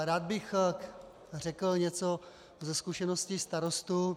Rád bych řekl něco ze zkušeností starostů.